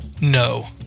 No